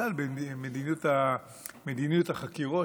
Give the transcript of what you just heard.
למשל במדיניות החקירות,